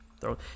throw